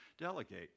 delegate